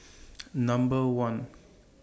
Number one